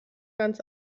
ganz